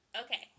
Okay